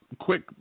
quick